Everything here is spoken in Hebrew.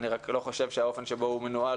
אני רק לא חושב שהאופן שבו הוא מנוהל